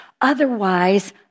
Otherwise